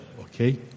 okay